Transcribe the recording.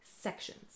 sections